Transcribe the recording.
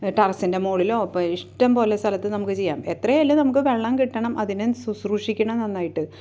ടെറസ്സിൻ്റെ മുകളിലോ ഇപ്പോള് ഇഷ്ടംപോലെ സ്ഥലത്ത് നമുക്ക് ചെയ്യാം എത്രയായാലും നമുക്ക് വെള്ളം കിട്ടണം അതിനെ ശുശ്രൂഷിക്കണം നന്നായിട്ട്